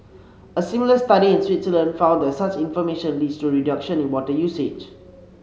a similar study in Switzerland found that such information leads to reduction in water usage